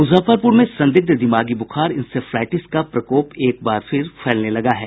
मुजफ्फरपुर में संदिग्ध दिमागी बुखार इंसेफ्लाईटिस का प्रकोप एक बार फिर फैलने लगा है